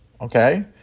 Okay